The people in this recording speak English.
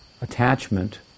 attachment